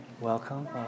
Welcome